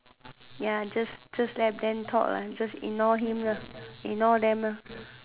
ya just just let them talk ah just ignore him lah ignore them lah